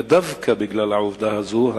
אלא דווקא בגלל העובדה הזאת,